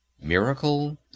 miracle